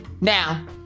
Now